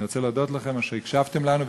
אני רוצה להודות לכם על שהקשבתם לנו,